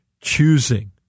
choosing